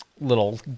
little